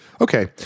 Okay